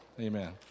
Amen